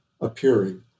appearing